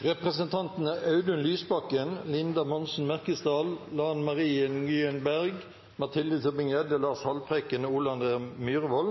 Representantene Audun Lysbakken , Linda Monsen Merkesdal , Lan Marie Nguyen Berg , Mathilde Tybring-Gjedde , Lars Haltbrekken og Ole André Myhrvold ,